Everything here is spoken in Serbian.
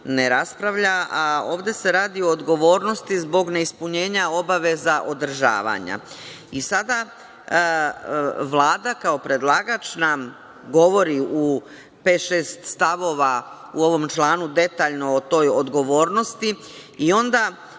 ne raspravlja. Ovde se radi o odgovornosti zbog neispunjenja obaveza održavanja. Vlada kao predlagač nam govori u pet-šest stavova u ovom članu detaljno o toj odgovornosti,